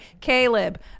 Caleb